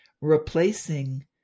Replacing